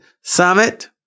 Summit